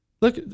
Look